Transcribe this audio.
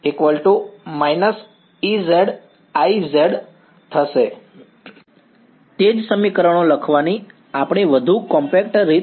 તેથી આ બનશે તે જ સમીકરણો લખવાની આપણી વધુ કોમ્પેક્ટ રીત